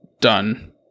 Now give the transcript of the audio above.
done